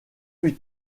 plus